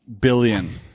billion